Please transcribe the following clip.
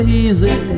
easy